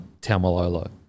Tamalolo